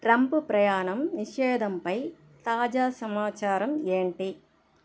Trump ప్రయాణం నిషేధంపై తాజా సమాచారం ఏంటి